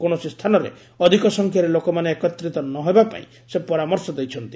କୌଣସି ସ୍ଥାନରେ ଅଧିକ ସଂଖ୍ୟାରେ ଲୋକମାନେ ଏକତ୍ରିତ ନ ହେବା ପାଇଁ ସେ ପରାମର୍ଶ ଦେଇଛନ୍ତି